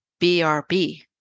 BRB